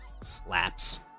slaps